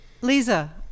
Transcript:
Lisa